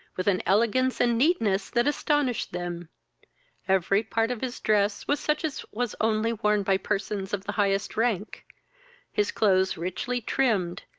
with an elegance and neatness that astonished them every part of his dress was such as was only worn by persons of the highest rank his clothes richly trimmed,